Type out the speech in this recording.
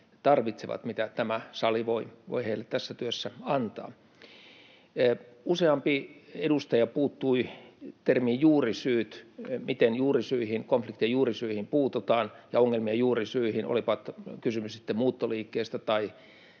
sen tuen, mitä tämä sali voi heille tässä työssä antaa. Useampi edustaja puuttui termiin juurisyyt: miten konfliktien ja ongelmien juurisyihin puututaan, olipa kysymys sitten muuttoliikkeestä tai